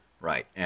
Right